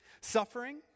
Suffering